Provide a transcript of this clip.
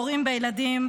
הורים בילדים,